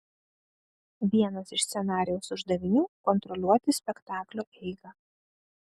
vienas iš scenarijaus uždavinių kontroliuoti spektaklio eigą